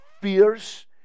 fierce